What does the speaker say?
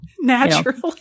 Naturally